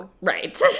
Right